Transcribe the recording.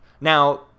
now